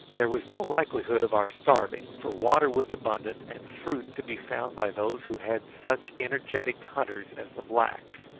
there was no likelihood of our starving, for water was abundant, and fruit to be found by those who had such energetic hunters as the blacks.